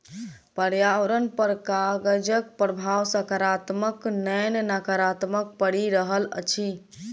पर्यावरण पर कागजक प्रभाव साकारात्मक नै नाकारात्मक पड़ि रहल अछि